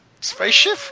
spaceship